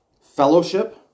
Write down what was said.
fellowship